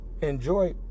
enjoy